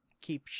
keep